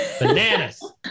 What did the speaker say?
Bananas